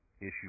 issue